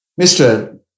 Mr